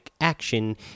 action